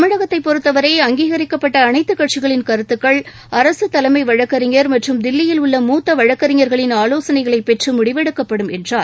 தமிழகத்தைப் பொறுத்தவரை அங்கீகரிக்கப்பட்ட அனைத்து கட்சிகளின் கருத்துக்கள் அரசு தலைமை வழக்கறிஞர் மற்றும் தில்லியில் உள்ள மூத்த வழக்கறிஞர்களின் ஆவோசனைகளைப் பெற்று முடிவெடுக்கப்படும் என்றார்